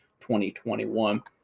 2021